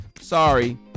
sorry